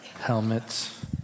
Helmets